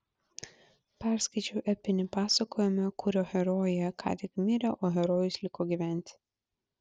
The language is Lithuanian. perskaičiau epinį pasakojimą kurio herojė ką tik mirė o herojus liko gyventi